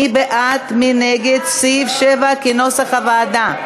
מי בעד ומי נגד סעיף 7 כנוסח הוועדה?